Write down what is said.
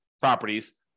properties